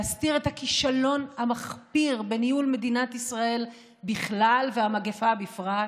להסתיר את הכישלון המחפיר בניהול מדינת ישראל בכלל והמגפה בפרט,